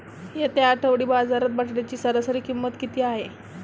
येत्या आठवडी बाजारात बटाट्याची सरासरी किंमत किती आहे?